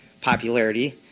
popularity